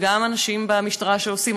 וגם אנשים במשטרה שעושים,